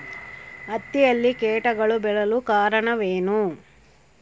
ಹತ್ತಿಯಲ್ಲಿ ಕೇಟಗಳು ಬೇಳಲು ಕಾರಣವೇನು?